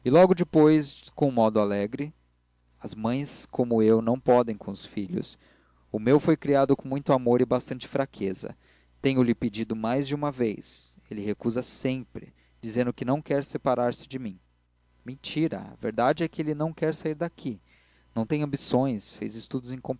logo depois com um modo alegre as mães como eu não podem com os filhos o meu foi criado com muito amor e bastante fraqueza tenho-lhe pedido mais de uma vez ele recusa sempre dizendo que não quer separar-se de mim mentira a verdade é que ele não quer sair daqui não tem ambições faz estudos